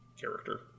character